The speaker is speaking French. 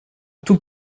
tout